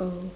oh